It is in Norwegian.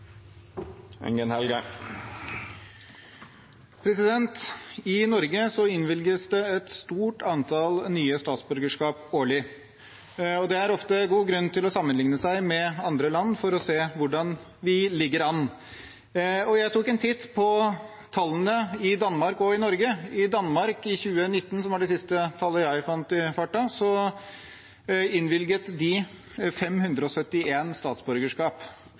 I Norge innvilges det et stort antall nye statsborgerskap årlig. Det er ofte god grunn til å sammenligne seg med andre land for å se hvordan vi ligger an. Jeg tok en titt på tallene i Danmark og i Norge. I Danmark i 2019, som var de siste tallene jeg fant i farten, innvilget de 571 statsborgerskap. Til sammenligning innvilget Norge 10 422 norske statsborgerskap.